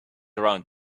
around